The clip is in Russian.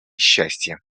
счастья